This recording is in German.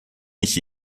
nicht